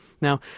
Now